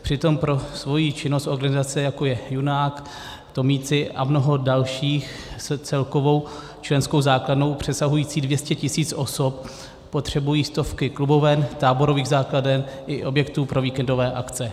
Přitom pro svoji činnost organizace, jako je Junák, Tomíci a mnoho dalších s celkovou členskou základnou přesahující 200 tisíc osob, potřebují stovky kluboven, táborových základen i objektů pro víkendové akce.